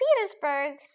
Petersburg